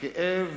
הכאב